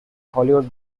hollywood